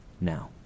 Now